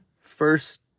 first